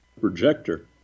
Projector